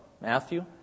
Matthew